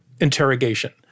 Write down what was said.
interrogation